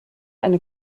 eine